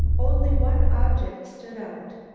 only one object stood out,